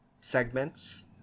segments